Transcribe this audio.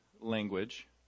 language